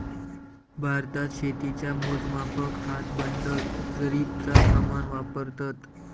भारतात शेतीच्या मोजमापाक हात, बंडल, जरीबचा प्रमाण वापरतत